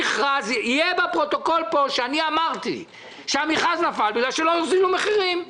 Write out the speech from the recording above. יהיה בפרוטוקול פה שאני אמרתי שהמכרז נפל בגלל שלא הוזילו מחירים,